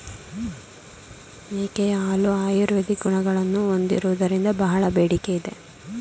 ಮೇಕೆಯ ಹಾಲು ಆಯುರ್ವೇದಿಕ್ ಗುಣಗಳನ್ನು ಹೊಂದಿರುವುದರಿಂದ ಬಹಳ ಬೇಡಿಕೆ ಇದೆ